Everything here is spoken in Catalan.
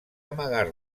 amagar